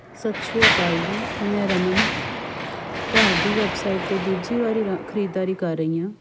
ਸਤਿ ਸ਼੍ਰੀ ਅਕਾਲ ਜੀ ਮੈਂ ਰਮਨ ਤੁਹਾਡੀ ਵੈੱਬਸਾਈਟ ਤੋਂ ਦੂਜੀ ਵਾਰੀ ਰ ਖਰੀਦਦਾਰੀ ਕਰ ਰਹੀ ਹਾਂ